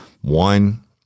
one